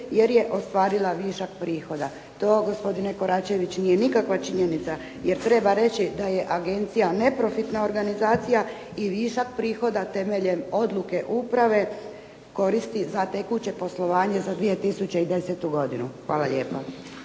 jer je ostvarila višak prihoda. To vam gospodine Koračević nije nikakva činjenica jer treba reći da je agencija neprofitna organizacija i višak prihoda temeljem odluke uprave koristi za tekuće poslovanje za 2010. godinu. Hvala lijepa.